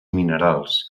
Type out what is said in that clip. minerals